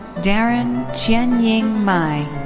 deron chien-ying mai.